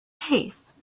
haste